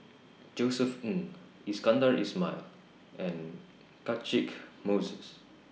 Josef Ng Iskandar Ismail and Catchick Moses